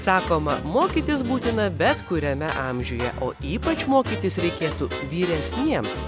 sakoma mokytis būtina bet kuriame amžiuje o ypač mokytis reikėtų vyresniems